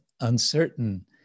uncertain